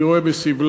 אני רואה בסבלם